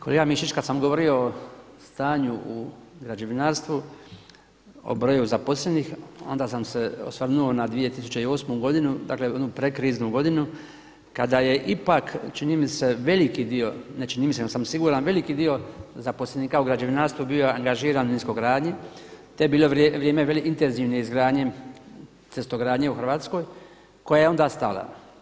Kolega Mišić, kad sam govorio o stanju u građevinarstvu, o broju zaposlenih onda sam se osvrnuo na 2008. godinu, dakle onu prekriznu godinu kada je ipak čini mi se veliki dio, ne čini mi se, nego sam siguran veliki dio zaposlenika u građevinarstvu bio angažiran u niskogradnji, te je bilo vrijeme intenzivne izgradnje cestogradnje u Hrvatskoj koja je onda stala.